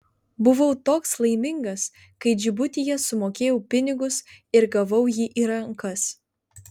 buvau toks laimingas kai džibutyje sumokėjau pinigus ir gavau jį į rankas